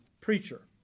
preacher